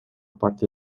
parte